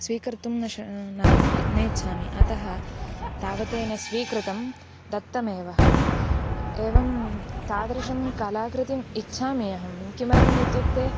स्वीकर्तुं न शक् नाम नेच्छामि अतः तावदेन स्वीकृतं दत्तमेव एवं तादृशं कलाकृतिम् इच्छमि अहं किमर्थमित्युक्ते